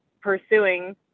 pursuing